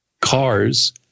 cars